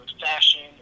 fashion